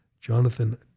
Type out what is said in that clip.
Jonathan